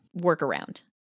workaround